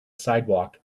sidewalk